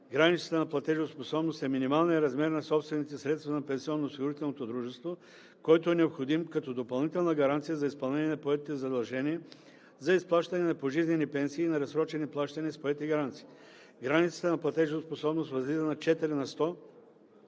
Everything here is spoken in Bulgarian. Границата на платежоспособност е минималният размер на собствените средства на пенсионноосигурителното дружество, който е необходим като допълнителна гаранция за изпълнение на поетите задължения за изплащане на пожизнени пенсии и на разсрочени плащания с поети гаранции. Границата на платежоспособност възлиза на 4 на сто